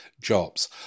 jobs